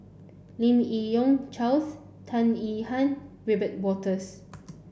Lim Yi Yong Charles Tan Yihan Wiebe Wolters